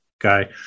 guy